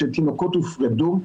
שתינוקות הופרדו.